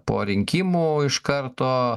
po rinkimų iš karto